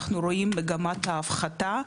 אנחנו רואים מגמת ההפחתה,